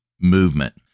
movement